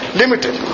limited